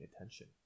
attention